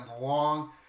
long